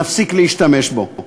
נפסיק להשתמש בו.